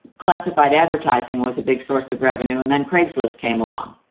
classified advertising was a big source of revenue and then craigslist came along.